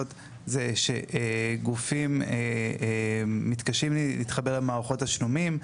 זה שגופים מתקשים להתחבר למערכות תשלומים.